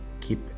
Keep